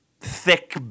thick